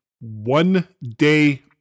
one-day